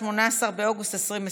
18 באוגוסט 2020,